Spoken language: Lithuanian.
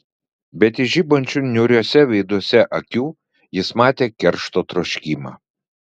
bet iš žibančių niūriuose veiduose akių jis matė keršto troškimą